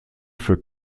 für